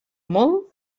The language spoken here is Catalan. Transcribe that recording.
molt